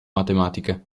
matematica